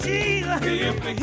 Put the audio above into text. Jesus